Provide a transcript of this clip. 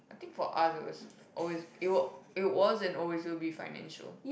I think for us it was always it will it was and always will be financial